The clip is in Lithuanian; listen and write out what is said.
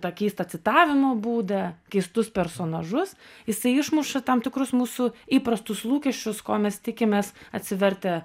tą keistą citavimo būdą keistus personažus jisai išmuša tam tikrus mūsų įprastus lūkesčius ko mes tikimės atsivertę